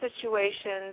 situations